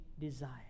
desire